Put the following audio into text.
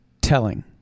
telling